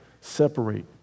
separate